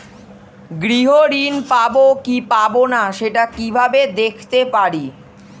গৃহ ঋণ পাবো কি পাবো না সেটা কিভাবে দেখতে পারি?